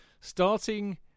starting